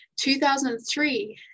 2003